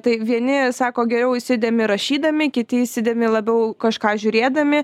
tai vieni sako geriau įsidėmi rašydami kiti įsidėmi labiau kažką žiūrėdami